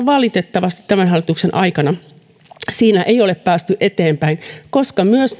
valitettavasti tämän hallituksen aikana ei ole päästy eteenpäin koska myös